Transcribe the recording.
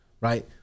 right